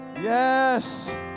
Yes